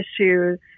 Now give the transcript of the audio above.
issues